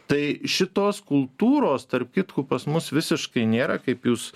tai šitos kultūros tarp kitko pas mus visiškai nėra kaip jūs